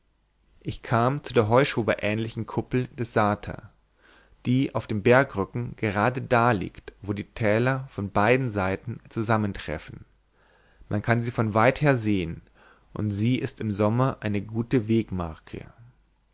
ich kam zu der heuschoberähnlichen kuppel des sta die auf dem bergrücken gerade da liegt wo die täler von beiden seiten zusammentreffen man kann sie von weither sehen und sie ist im sommer eine gute wegmarke